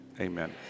amen